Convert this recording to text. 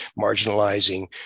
marginalizing